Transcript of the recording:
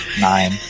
nine